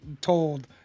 told